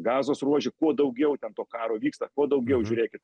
gazos ruože kuo daugiau ten to karo vyksta kuo daugiau žiūrėkit